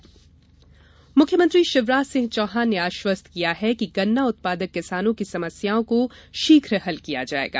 गन्ना किसान मुख्यमंत्री शिवराज सिंह चौहान ने आश्वस्त किया है कि गन्ना उत्पादक किसानों की समस्याओं को शीघ हल किया जाएगा